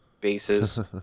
bases